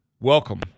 Welcome